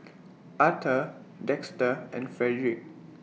Arthor Dexter and Fredrick